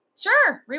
Sure